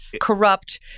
corrupt